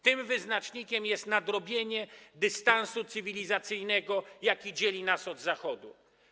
Tym wyznacznikiem jest nadrobienie dystansu cywilizacyjnego, jaki dzieli nas od Zachodu.